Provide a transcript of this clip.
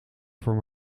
voor